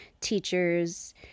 teachers